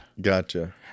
Gotcha